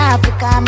Africa